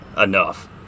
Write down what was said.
enough